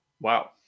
wow